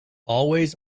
always